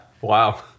Wow